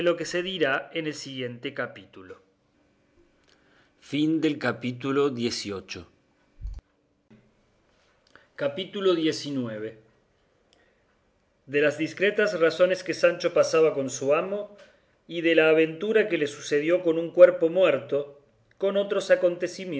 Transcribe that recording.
que se dirá en el siguiente capítulo capítulo xix de las discretas razones que sancho pasaba con su amo y de la aventura que le sucedió con un cuerpo muerto con otros